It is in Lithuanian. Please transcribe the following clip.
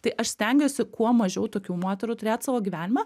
tai aš stengiuosi kuo mažiau tokių moterų turėt savo gyvenime